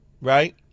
right